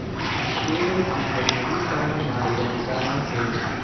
KYC ಯ ನವೀಕರಣ ಮಾಡುವ ವಿಧಾನ ಹೇಗೆ?